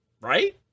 right